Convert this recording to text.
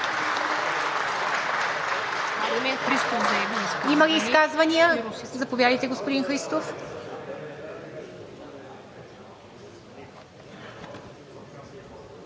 Има ли изказвания? Заповядайте, господин Христов.